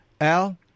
Al